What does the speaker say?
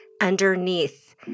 underneath